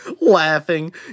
laughing